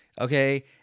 okay